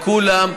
לכולם,